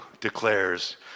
declares